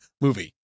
movie